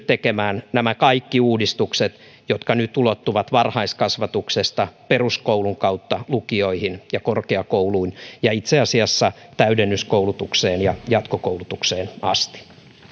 tekemään nämä kaikki uudistukset jotka nyt ulottuvat varhaiskasvatuksesta peruskoulun kautta lukioihin ja korkeakouluun ja itse asiassa täydennyskoulutukseen ja jatkokoulutukseen asti